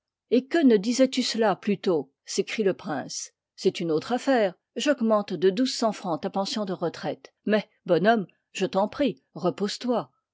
et que ne disois tu cela plus tôt s'écrie le prince c'est une autre affaire j'augmente de douze cents francs ta pension de retraite mais bon homme je t'en prie reposetoi